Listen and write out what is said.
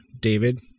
David